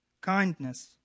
kindness